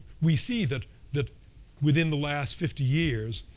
we see that that within the last fifty years,